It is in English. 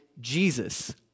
Jesus